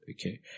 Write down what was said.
okay